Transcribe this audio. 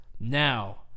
Now